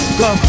go